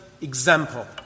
example